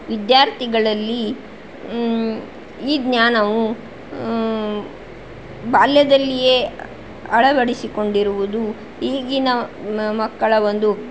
ವಿದ್ಯಾರ್ಥಿಗಳಲ್ಲಿ ಈ ಜ್ಞಾನವು ಬಾಲ್ಯದಲ್ಲಿಯೇ ಅಳವಡಿಸಿಕೊಂಡಿರುವುದು ಈಗಿನ ಮಕ್ಕಳ ಒಂದು